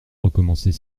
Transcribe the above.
recommencer